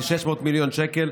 כ-600 מיליון שקל,